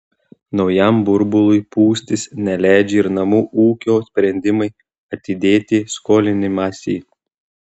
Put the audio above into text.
naujam burbului pūstis neleidžia ir namų ūkio sprendimai atidėti skolinimąsi